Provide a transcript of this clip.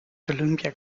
columbia